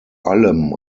allem